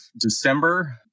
December